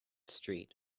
street